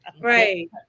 right